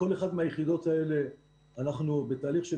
בכל אחת מהיחידות האלה אנחנו בתהליך של